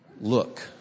look